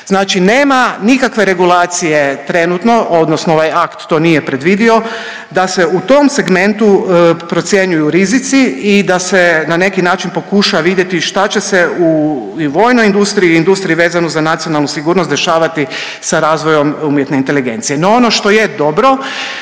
Znači nema nikakve regulacije trenutno, odnosno ovaj akt to nije predvidio da se u tom segmentu procjenjuju rizici i da se na neki način pokuša vidjeti šta će se i u vojnoj industriji i industriji vezano za nacionalnu sigurnost dešavati sa razvojem umjetne inteligencije.